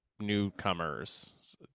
newcomers